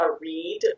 read